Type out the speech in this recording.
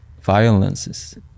violences